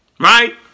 Right